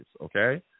okay